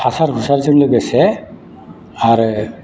हासार हुसारजों लोगोसे आरो